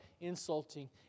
insulting